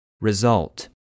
Result